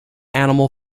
animal